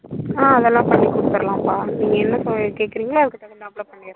ஆ அதெல்லாம் பண்ணி கொடுத்தர்லாம்ப்பா நீங்கள் என்ன சொ கேட்குறீங்களோ அதுக்கு தகுந்தாப்பில் பண்ணிடலாம்